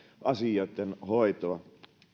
asioitten hoitoa